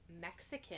Mexican